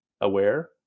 aware